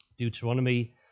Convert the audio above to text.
Deuteronomy